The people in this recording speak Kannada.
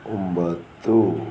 ಒಂಬತ್ತು